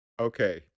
Okay